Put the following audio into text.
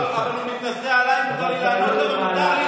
לא, הוא מתנשא עליי, ומותר לי לענות לו.